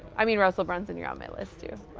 i mean russell brunson, you're on my list too.